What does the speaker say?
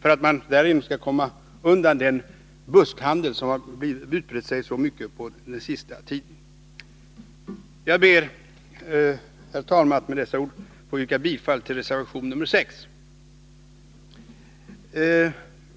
för att man därigenom skall kunna komma undan den buskhandel som har blivit så utbredd under den senaste tiden. Jag ber, herr talman, att få yrka bifall till reservation nr 6.